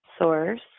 source